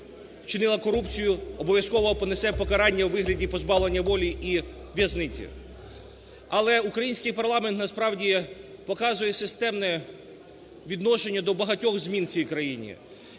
вчинила корупцію обов'язково понесе покарання у вигляді позбавлення волі і в'язниці. Але український парламент, насправді, показує системне відношення до багатьох змін в цій країні.